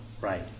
Right